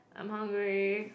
I'm hungry